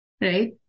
right